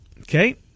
Okay